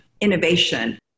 innovation